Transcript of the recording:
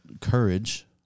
courage